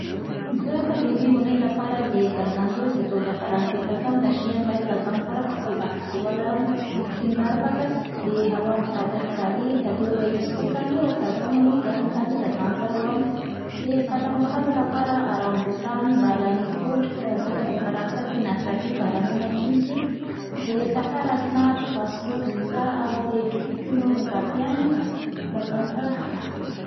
زه که د یوې اوونۍ لپاره د ګرځندوې په توګه فرانسې ته ځم، دا شیان باید له ځان سره په خپل بکس کې ولرم. سینګار بکس، د هوا مطابق کالي، که دوبی وي، سپک کالي او که زمی وي، ګرم کالي له ځان سره وړم. د قدم وهلو لپاره آرام بوټان، باراني کوټ، ځکه په فرانسه کې ناڅاپي بارانونه کیږي. د سفر اسناد، پاسپورټ، ویزه او د ټکټونو کاپیانې له سره اخلم.